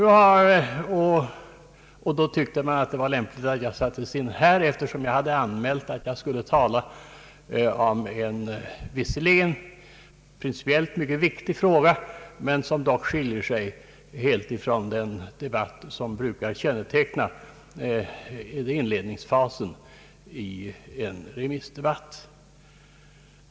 Då tyckte man att det var lämpligt att jag sattes in här, eftersom jag hade anmält att jag skulle tala om en visserligen principiellt mycket viktig fråga, men som dock skiljer sig helt från den debatt som brukar känneteckna inledningsfasen i en remissdebatt.